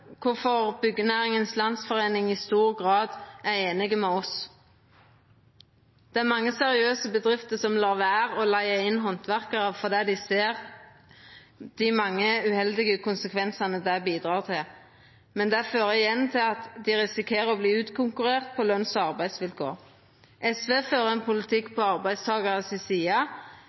kvifor Byggenæringens Landsforening i stor grad er einig med oss. Det er mange seriøse bedrifter som lèt vera å leiga inn handverkarar fordi dei ser dei mange uheldige konsekvensane det bidreg til, men det fører igjen til at dei risikerer å verta utkonkurrerte på lønns- og arbeidsvilkår. SV fører ein politikk på arbeidstakarane si side.